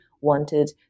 wanted